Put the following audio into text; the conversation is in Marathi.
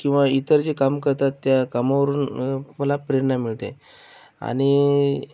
किंवा इतर जे काम करतात त्या कामावरून मला मला प्रेरणा मिळते आणि